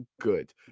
good